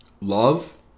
Love